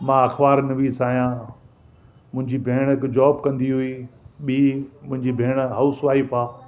मां अखबार नवीस आहियां मुंहिंजी भेण हिक जॉब कंदी हुई ॿी मुंहिंजी भेण हाउस वाइफ़ आहे